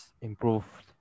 improved